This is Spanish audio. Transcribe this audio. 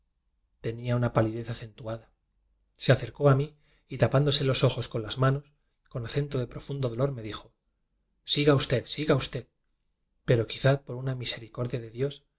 ñía una palidez acentuada se acercó a mí y tapándose los ojos con las manos con acento de profundo dolor me dijo siga usted siga usted pero quizá por una misericordia de dios